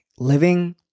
living